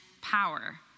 power